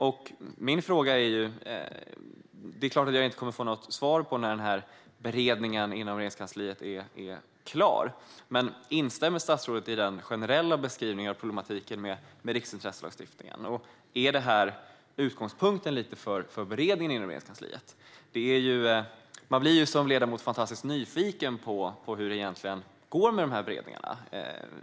Jag kommer förstås inte att få något svar på när denna beredning inom Regeringskansliet är klar, men instämmer statsrådet i den generella beskrivningen av problematiken med riksintresselagstiftningen? Och är detta utgångspunkten för beredningen inom Regeringskansliet? Man blir ju som ledamot fantastiskt nyfiken på hur det egentligen går med dessa beredningar.